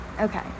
Okay